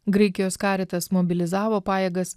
graikijos karitas mobilizavo pajėgas